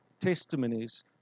testimonies